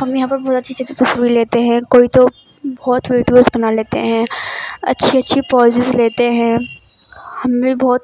ہم یہاں پر بہت اچھی اچھی تصویر لیتے ہیں بہت ویڈیوز بنالیتے ہیں اچھی اچھی پوزز لیتے ہیں ہم میں بہت